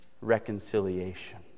reconciliation